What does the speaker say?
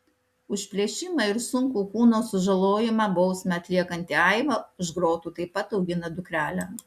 už plėšimą ir sunkų kūno sužalojimą bausmę atliekanti aiva už grotų taip pat augina dukrelę